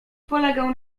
polegał